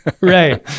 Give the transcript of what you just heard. Right